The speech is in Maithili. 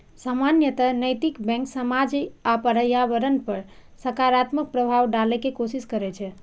सामान्यतः नैतिक बैंक समाज आ पर्यावरण पर सकारात्मक प्रभाव डालै के कोशिश करै छै